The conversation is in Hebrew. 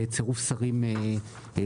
לצירוף שרים לממשלה,